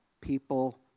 people